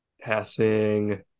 Passing